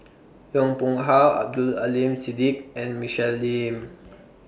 Yong Pung How Abdul Aleem Siddique and Michelle Lim